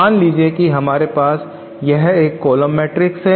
मान लीजिए कि हमारे पास यह एक कॉलम मैट्रिक्स है